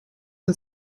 com